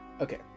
Okay